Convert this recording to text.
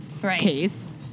case